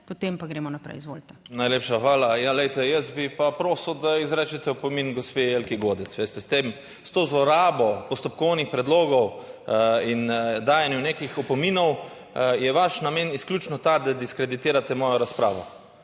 REZAR (PS Svoboda):** Najlepša hvala. Ja, glejte, jaz bi pa prosil, da izrečete opomin gospe Jelki Godec. Veste, s tem, s to zlorabo postopkovnih predlogov in dajanju nekih opominov, je vaš namen izključno ta, da diskreditirate mojo razpravo.